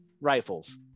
rifles